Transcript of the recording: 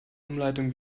umleitung